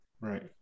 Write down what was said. right